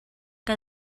que